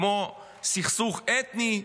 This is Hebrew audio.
כמו סכסוך אתני,